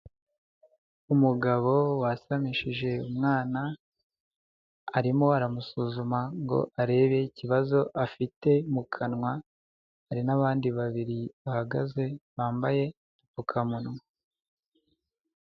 Umugabo wasamishije umwana, arimo aramusuzuma ngo arebe ikibazo afite mu kanwa, hari n'abandi babiri bahagaze bambaye agakamunwa.